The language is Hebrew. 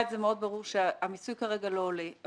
את זה מאוד ברור היא שהמיסוי כרגע לא עולה.